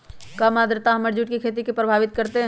कम आद्रता हमर जुट के खेती के प्रभावित कारतै?